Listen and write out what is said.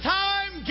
time